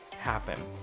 happen